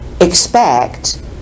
expect